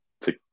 take